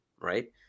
right